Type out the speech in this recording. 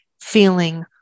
feeling